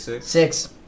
six